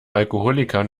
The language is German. alkoholikern